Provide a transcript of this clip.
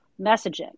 messaging